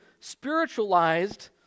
spiritualized